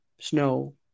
snow